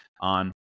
on